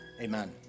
Amen